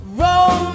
roll